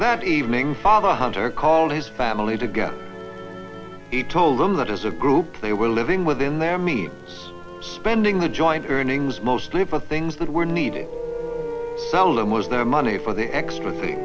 that evening father hunter called his family together he told them that as a group they were living within their means spending the joint earnings mostly for things that were needed seldom was there money for the extra thing